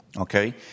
okay